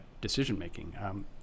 decision-making